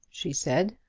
she said,